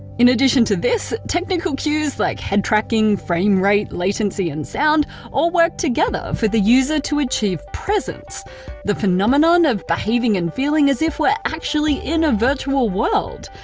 in addition to this, technical cues like head tracking, frame rate, latency and sound all work together for the user to achieve presence the phenomenon of behaving and feeling as if we're actually in a virtual world.